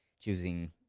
choosing